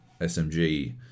SMG